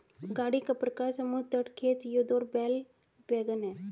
गाड़ी का प्रकार समुद्र तट, खेत, युद्ध और बैल वैगन है